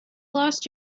lost